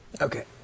Okay